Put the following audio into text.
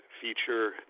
feature